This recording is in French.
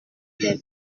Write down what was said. des